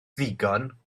ddigon